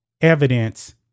evidence